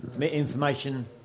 information